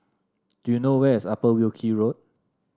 do you know where is Upper Wilkie Road